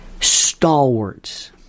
stalwarts